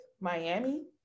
Miami